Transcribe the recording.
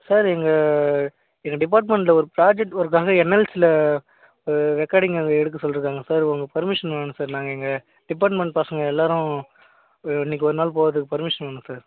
sir எங்கள் டிபார்மெண்ட்டில் ஒரு புராஜெக்ட் வொர்க்காக என்எல்ஸில் ரெக்கார்டிங்க எடுக்கச் சொல்லிருக்காங்க சார் உங்கள் பர்மிஷன் வேணும் சார் நாங்கள் இங்கே டிபார்ட்மெண்ட் பசங்கள் எல்லாரும் இன்றைக்கி ஒருநாள் போகிறதுக்கு பர்மிஷன் வேணும் சார்